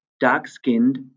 Dark-Skinned